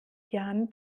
jahren